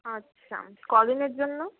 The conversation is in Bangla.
আচ্ছা কদিনের জন্য